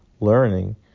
learning